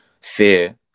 fear